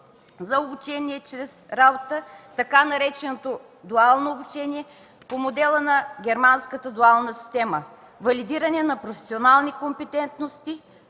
на обучение чрез работа (така нареченото „дуално обучение”) по модела на германската дуална система; валидиране на професионални компетентности,